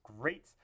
great